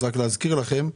אז רק להזכיר לכם: